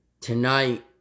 Tonight